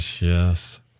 yes